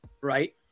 right